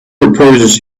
purposes